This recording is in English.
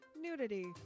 nudity